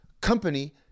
company